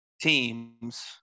teams